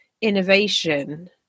innovation